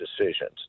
decisions